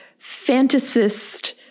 fantasist